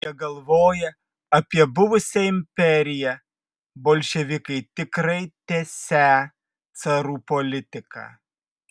jie galvoja apie buvusią imperiją bolševikai tikrai tęsią carų politiką